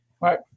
Right